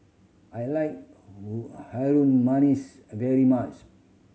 I like Harum Manis very much